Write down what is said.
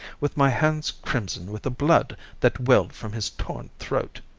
with my hands crimson with the blood that welled from his torn throat.